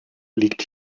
liegt